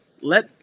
Let